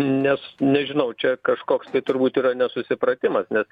nes nežinau čia kažkoks tai turbūt yra nesusipratimas nes